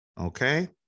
Okay